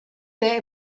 der